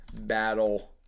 battle